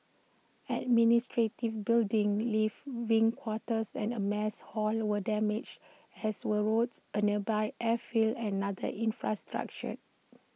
administrative buildings live quarters and A mess hall were damaged as were roads A nearby airfield and other infrastructure